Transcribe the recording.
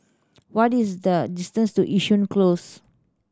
what is the distance to Yishun Close